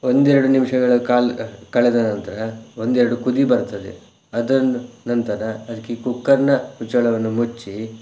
ಒಂದೆರಡು ನಿಮಿಷಗಳ ಕಾಲ ಕಳೆದ ನಂತರ ಒಂದೆರಡು ಕುದಿ ಬರ್ತದೆ ಅದರ ನಂತರ ಅದಕ್ಕೆ ಕುಕ್ಕರ್ನ ಮುಚ್ಚಳವನ್ನು ಮುಚ್ಚಿ